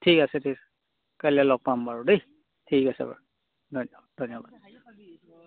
ঠিক আছে ঠিক আছে কাইলৈ লগ পাম বাৰু দেই ঠিক আছে বাৰু ধন্যবাদ ধন্যবাদ